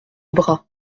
bras